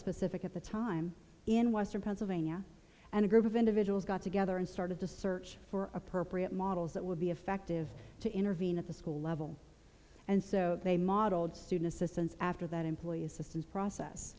specific at the time in western pennsylvania and a group of individuals got together and started to search for appropriate models that would be effective to intervene at the school level and so they modeled student assistance after that employee assistance process